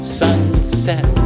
sunset